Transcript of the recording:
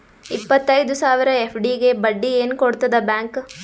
ಇಪ್ಪತ್ತೈದು ಸಾವಿರ ಎಫ್.ಡಿ ಗೆ ಬಡ್ಡಿ ಏನ ಕೊಡತದ ಬ್ಯಾಂಕ್?